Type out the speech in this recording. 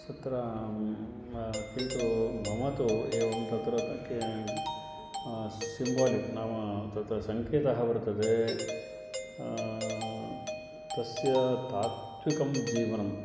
सत्रं किन्तु मम तु एवं तत्र किं सिम्बालिक् नाम तत्र सङ्केतः वर्तते तस्य तात्त्विकं जीवनं